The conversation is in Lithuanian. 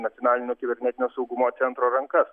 nacionalinio kibernetinio saugumo centro rankas